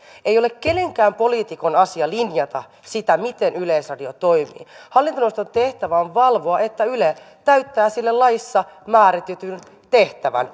ei ole kenenkään poliitikon asia linjata sitä miten yleisradio toimii hallintoneuvoston tehtävä on valvoa että yle täyttää sille laissa määritetyn tehtävän